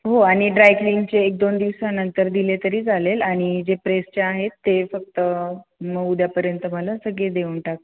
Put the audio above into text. हो आणि ड्रायक्लिनचे एक दोन दिवसानंतर दिले तरी चालेल आनि जे प्रेस जे आहेत ते फक्त उद्यापर्यंत मला सगळे देऊन टाक